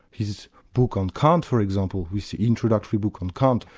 his book on kant for example, his introductory book on kant,